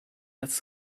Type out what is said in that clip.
dass